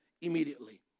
immediately